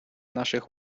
наших